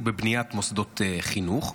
הוא בבניית מוסדות חינוך,